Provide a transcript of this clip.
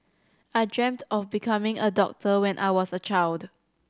I dreamt of becoming a doctor when I was a child